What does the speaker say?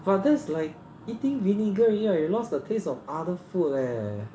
but that's like eating vinegar already [what] you lost the taste of other food leh